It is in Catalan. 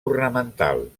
ornamental